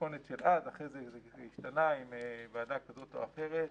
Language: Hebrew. של אז, ואחרי זה, זה השתנה עם ועדה כזאת או אחרת.